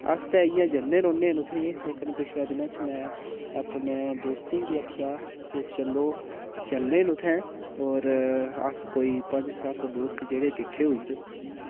अस ते इ'यां जन्ने रौह्न्ने ने उत्थै लेकिन पिछले दिने च में अपने दोस्तें गी आखेआ कि चलो चलने न उत्थें होर अस कोई पंज सत्त दोस्त जेह्ड़े किट्ठे होई'र